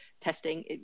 testing